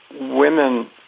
women